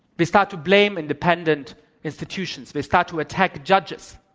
they start to blame independent institutions. they start to attack judges.